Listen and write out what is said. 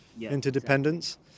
interdependence